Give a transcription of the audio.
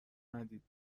ندید